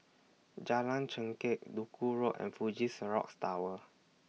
Jalan Chengkek Duku Road and Fuji Xerox Tower